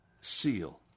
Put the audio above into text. seal